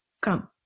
Come